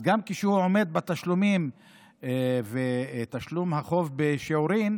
גם כשהוא עומד בתשלומים ותשלום החוב בשיעורים,